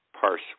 parse